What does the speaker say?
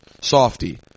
softy